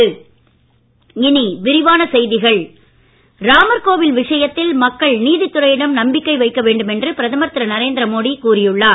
மோடி ராமர்கோவில் விஷயத்தில் மக்கள் நீதித்துறையிடம் நம்பிக்க வைக்க வேண்டும் என்று பிரதமர் திரு நரேந்திரமோடி கூறி உள்ளார்